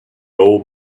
old